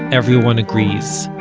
everyone agrees,